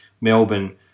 Melbourne